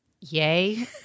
Yay